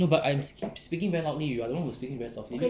no but I am speaking very loudly you are the one that is speaking very softly